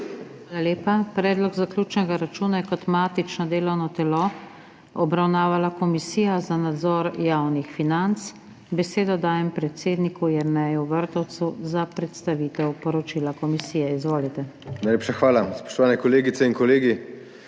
Hvala lepa. Predlog zaključnega računa je kot matično delovno telo obravnavala Komisija za nadzor javnih financ. Besedo dajem predsedniku Jerneju Vrtovcu za predstavitev poročila komisije. Izvolite. JERNEJ VRTOVEC (PS NSi): Najlepša hvala. Spoštovani kolegice in kolegi!